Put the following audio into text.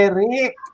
Eric